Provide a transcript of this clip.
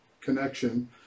connection